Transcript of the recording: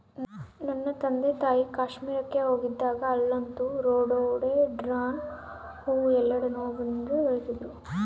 ನನ್ನ ತಂದೆತಾಯಿ ಕಾಶ್ಮೀರಕ್ಕೆ ಹೋಗಿದ್ದಾಗ ಅಲ್ಲಂತೂ ರೋಡೋಡೆಂಡ್ರಾನ್ ಹೂವು ಎಲ್ಲೆಡೆ ನೋಡಬಹುದೆಂದು ಹೇಳ್ತಿದ್ರು